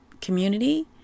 community